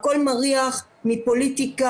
הכול מריח מפוליטיקה,